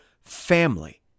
family